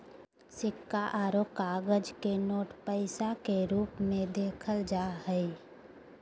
सिक्का आरो कागज के नोट पैसा के रूप मे देखल जा हय